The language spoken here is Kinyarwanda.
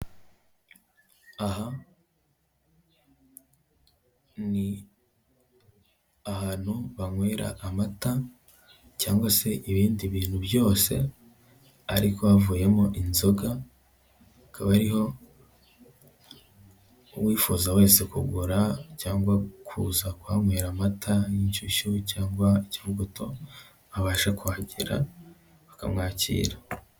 Aha ni ahantu banywera amata cyangwa se ibindi bintu byose ariko havuyemo inzoga, akaba ariho uwifuza wese kugura cyangwa kuza kuhanywera amata y'inshyushyu cyangwa cyangwa ikivuguto abasha kuhagera bakamwakira.